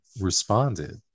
responded